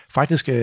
faktisk